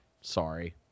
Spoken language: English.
sorry